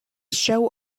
show